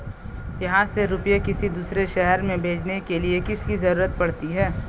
यहाँ से रुपये किसी दूसरे शहर में भेजने के लिए किसकी जरूरत पड़ती है?